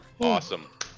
Awesome